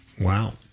Wow